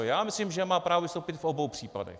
Já myslím, že má právo vystoupit v obou případech.